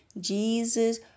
Jesus